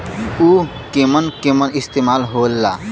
उव केमन केमन इस्तेमाल हो ला?